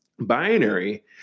Binary